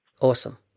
Awesome